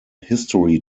history